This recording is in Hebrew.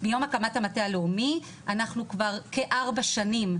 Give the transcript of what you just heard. מיום הקמת המטה הלאומי אנחנו כבר כארבע שנים,